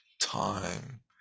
time